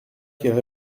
qu’elle